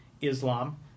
Islam